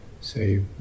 say